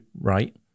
right